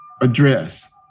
address